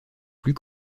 plus